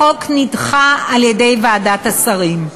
החוק נדחה על-ידי ועדת השרים.